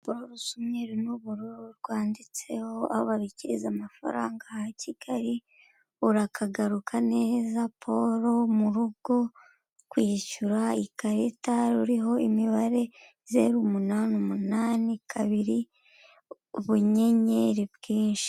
Urupapuro rusa umweru n'ubururu, rwanditseho aho babikiriza amafaranga ha Kigali, urakagaruka neza Paul mu rugo, kwishyura ikarita, ruriho imibare, zeru umunani umunani kabiri, ubunyenyeri bwinshi.